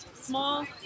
Small